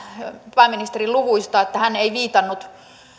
pääministerin luvuista hän ei viitannut